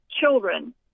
children